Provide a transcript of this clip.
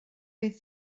beth